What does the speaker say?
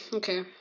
okay